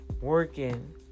working